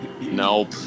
Nope